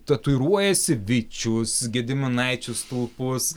tatuiruojasi vyčius gediminaičių stulpus